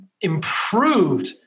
improved